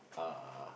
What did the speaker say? uh